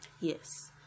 Yes